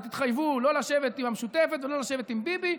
ותתחייבו לא לשבת עם המשותפת ולא לשבת עם ביבי.